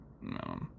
no